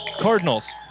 Cardinals